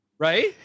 Right